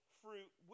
fruit